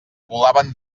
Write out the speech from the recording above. volaven